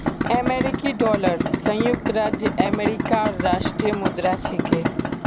अमेरिकी डॉलर संयुक्त राज्य अमेरिकार राष्ट्रीय मुद्रा छिके